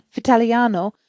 Vitaliano